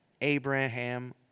Abraham